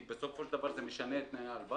כי בסופו של דבר זה משנה את תנאי ההלוואה,